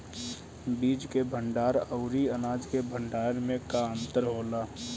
बीज के भंडार औरी अनाज के भंडारन में का अंतर होला?